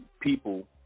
People